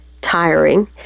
tiring